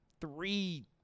three